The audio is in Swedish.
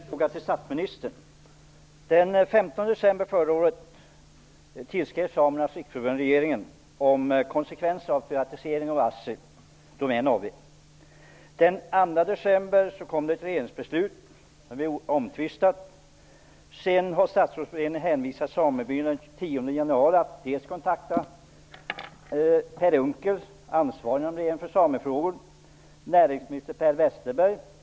Herr talman! Jag vill ställa en fråga till statsministern. Den 2 december i fjol fattade regeringen ett omtvistat beslut om privatiseringen av ASSI Domän AB. Den 15 december tillskrev Samernas riksförbund regeringen om konsekvenserna av denna privatisering. Den 10 januari hänvisade statsrådsberedningen samebyarna att kontakta Per Unckel, ansvarig inom regeringen för samefrågor, och näringsminister Per Westerberg.